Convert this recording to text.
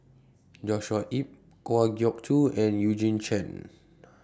Joshua Ip Kwa Geok Choo and Eugene Chen